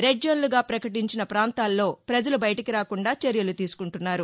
red జోన్లగా పకటించిన ప్రాంతాల్లో పజలు బయటకిరాకుండా చర్యలు తీసుకుంటున్నారు